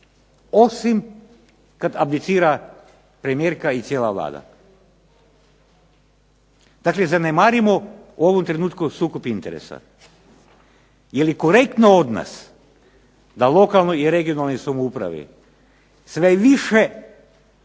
osim kad abdicira premijerka i cijela Vlada. Dakle zanemarimo u ovom trenutku sukob interesa. Je li korektno od nas da lokalnoj i regionalnoj samoupravi sve više striktno